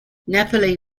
napoli